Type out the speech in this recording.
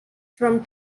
from